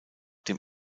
dem